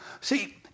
See